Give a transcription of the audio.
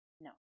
No